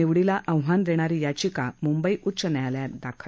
निवडीला आव्हान देणारी याचिका मंंबई उच्च न्यायालयात दाखल